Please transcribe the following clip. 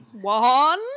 One